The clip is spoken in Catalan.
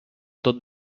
tot